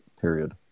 period